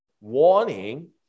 Warning